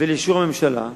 ולאישור הממשלה,